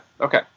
Okay